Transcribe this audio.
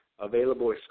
available